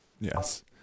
Yes